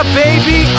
baby